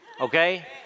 Okay